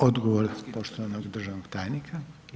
Odgovor poštovanog državnog tajnika.